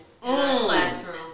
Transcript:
classroom